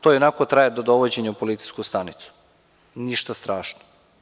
To ionako traje do dovođenja u policijsku stanicu, ništa strašno.